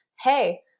hey